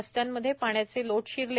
वस्त्यांमध्ये पाण्याचे लोट शिरले